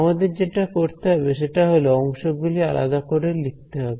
আমাদের যেটা করতে হবে সেটা হল অংশগুলি আলাদা করে লিখতে হবে